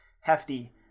hefty